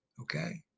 okay